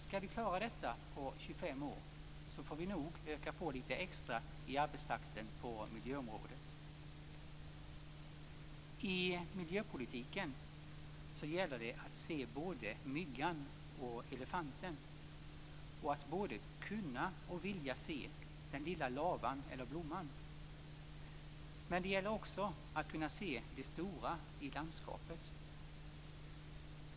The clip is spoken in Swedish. Skall vi klara detta på 25 år får vi nog öka på lite extra i arbetstakten på miljöområdet. I miljöpolitiken gäller det att se både myggan och elefanten, att kunna och vilja se både den lilla lavan eller blomman och det stora i landskapet.